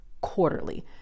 quarterly